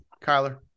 Kyler